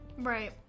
Right